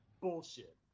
bullshit